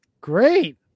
Great